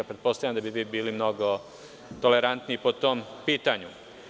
Pretpostavljam da bi vi bili mnogo tolerantniji po tom pitanju.